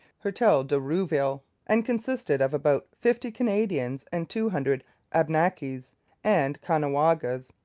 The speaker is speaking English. hertel de rouville, and consisted of about fifty canadians and two hundred abnakis and caughnawagas.